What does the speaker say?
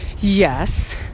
Yes